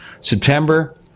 September